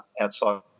outside